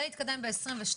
זה יתקדם ב-2022,